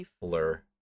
blur